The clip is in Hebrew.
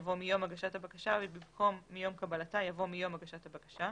יבוא "מיום הגשת הבקשה" ובמקום "מיום קבלתה" יבוא "מיום הגשת הבקשה".